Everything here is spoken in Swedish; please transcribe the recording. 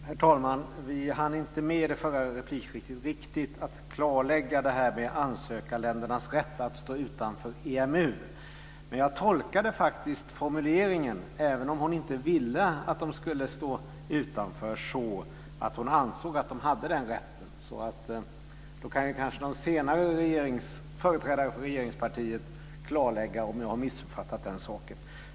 Herr talman! Vi hann inte riktigt med i det förra replikskiftet att klarlägga ansökarländernas rätt att stå utanför EMU. Men jag tolkade faktiskt formuleringen så, även om hon sade att hon inte vill att de ska stå utanför, att hon anser att de har den rätten. Då kan kanske någon senare företrädare för regeringspartiet klarlägga om jag har missuppfattat den saken.